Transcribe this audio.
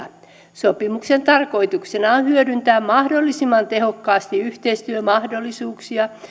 sopimuksen tarkoituksena on hyödyntää mahdollisimman tehokkaasti yhteistyömahdollisuuksia